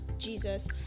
Jesus